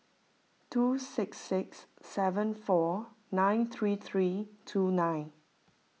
two six six seven four nine three three two nine